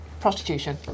prostitution